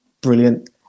brilliant